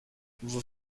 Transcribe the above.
vous